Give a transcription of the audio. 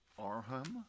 Arham